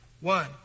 one